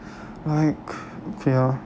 like okay ah